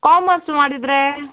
commerce ಮಾಡಿದರೆ